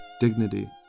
dignity